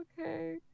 Okay